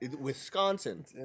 Wisconsin